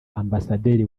ambasaderi